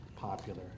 popular